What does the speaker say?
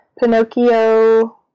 Pinocchio